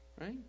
Right